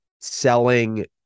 selling